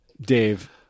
Dave